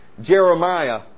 Jeremiah